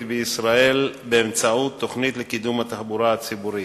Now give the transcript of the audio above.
בישראל באמצעות תוכנית לקידום התחבורה הציבורית.